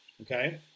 Okay